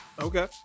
Okay